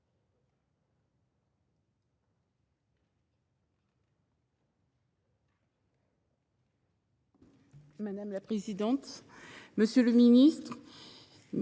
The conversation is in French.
Madame la présidente, monsieur le ministre,